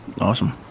Awesome